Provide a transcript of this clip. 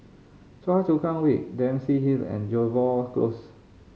Choa Chu Kang Way Dempsey Hill and Jervois Close